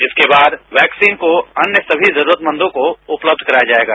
इसके बाद वैक्सीन को अन्य सभी जरूरदमंदों को उपलब्ध कराया जाएगा